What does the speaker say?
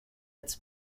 its